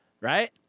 right